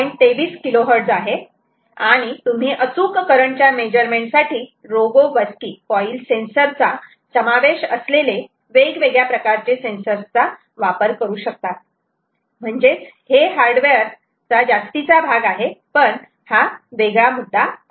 23 KHz आहे आणि तुम्ही अचूक करंट च्या मेजरमेंट साठी रोगोवस्की कॉईल सेन्सर चा समावेश असलेले वेगवेगळ्या प्रकारचे सेन्सर्स चा वापर करू शकतात म्हणजेच हे हार्डवेअर चा जास्तीचा भाग आहे पण हा वेगळा मुद्दा आहे